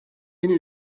yeni